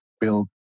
build